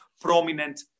prominent